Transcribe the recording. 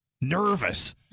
nervous